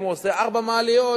אם הוא עושה ארבע מעליות,